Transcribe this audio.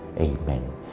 Amen